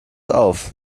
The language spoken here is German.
auf